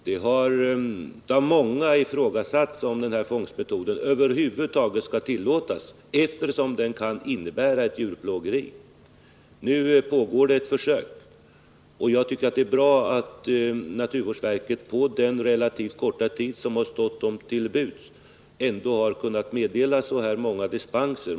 Det har av många i frågasatts om den här fångstmetoden över huvud taget skall tillåtas, eftersom den kan innebära djurplågeri. Nu pågår ett försök, och jag tycker att det är bra att naturvårdsverket på den relativt korta tid som stått verket till buds har kunnat meddela så här många dispenser.